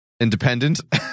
Independent